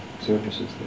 services